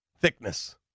thickness